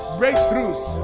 breakthroughs